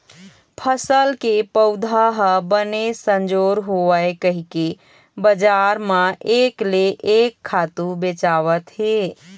फसल के पउधा ह बने संजोर होवय कहिके बजार म एक ले एक खातू बेचावत हे